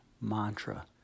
mantra